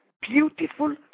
beautiful